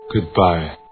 Goodbye